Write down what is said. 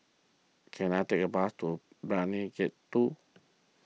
can I take a bus to Brani Gate two